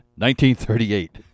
1938